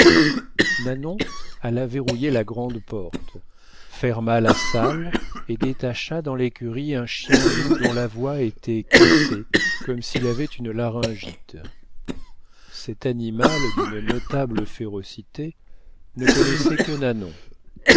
nanon alla verrouiller la grande porte ferma la salle et détacha dans l'écurie un chien loup dont la voix était cassée comme s'il avait une laryngite cet animal d'une notable férocité ne connaissait que nanon